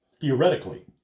theoretically